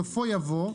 בסופו יבוא: